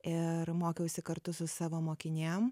ir mokiausi kartu su savo mokinėm